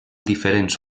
diferents